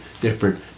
different